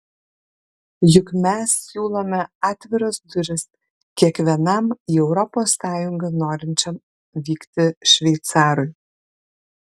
juk mes siūlome atviras duris kiekvienam į europos sąjungą norinčiam vykti šveicarui